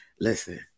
Listen